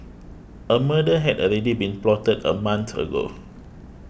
a murder had already been plotted a month ago